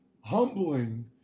humbling